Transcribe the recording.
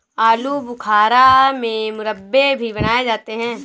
आलू बुखारा से मुरब्बे भी बनाए जाते हैं